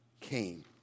came